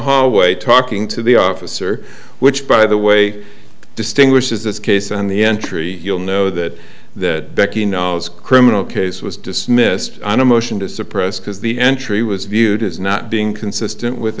hallway talking to the officer which by the way distinguishes this case and the entry you'll know that that becky knows criminal case was dismissed on a motion to suppress because the entry was viewed as not being consistent with